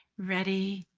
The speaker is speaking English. ready,